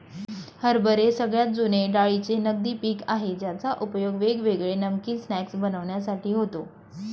हरभरे सगळ्यात जुने डाळींचे नगदी पिक आहे ज्याचा उपयोग वेगवेगळे नमकीन स्नाय्क्स बनविण्यासाठी होतो